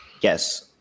Yes